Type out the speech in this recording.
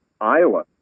Iowa